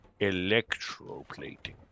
electroplating